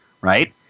Right